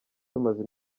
tumaze